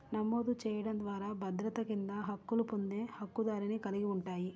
నమోదు చేయడం ద్వారా భద్రత కింద హక్కులు పొందే హక్కుదారుని కలిగి ఉంటాయి,